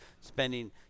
spending